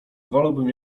wolałbym